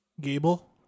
Gable